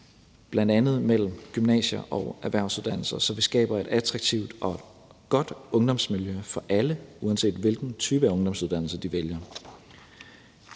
bl.a. mellem gymnasier og erhvervsuddannelser, så vi skaber et attraktivt og godt ungdomsmiljø for alle, uanset hvilken type ungdomsuddannelse de vælger.